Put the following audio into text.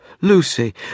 Lucy